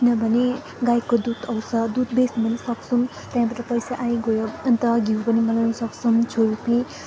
किनभने गाईको दुध आउँछ दुध बेच्नु पनि सक्छौँ त्यहाँबाट पैसा आइगयो अन्त घिउ पनि बनाउनु सक्छौँ छुर्पी